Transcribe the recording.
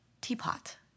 teapot